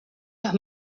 los